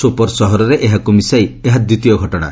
ସୋପୋର ସହରରେ ଏହାକୁ ମିଶାଇ ଏହା ଦ୍ୱିତୀୟ ଘଟଣା